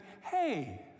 hey